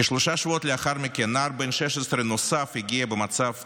כשלושה שבועות לאחר מכן נער נוסף בן 16 הגיע במצב בינוני,